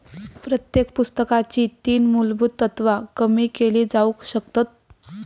प्रत्येक पुस्तकाची तीन मुलभुत तत्त्वा कमी केली जाउ शकतत